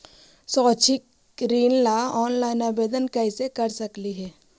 शैक्षिक ऋण ला ऑनलाइन आवेदन कैसे कर सकली हे?